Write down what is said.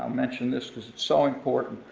mention this cause it's so important,